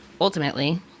ultimately